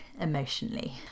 emotionally